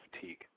fatigue